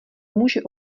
může